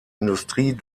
industrie